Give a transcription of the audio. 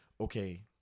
okay